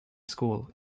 school